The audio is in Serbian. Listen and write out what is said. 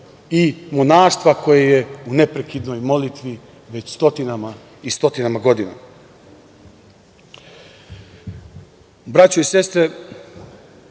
i monaštvo koje je u neprekidnoj molitvi već stotinama i stotinama godina. Braćo i sestre,